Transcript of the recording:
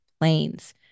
planes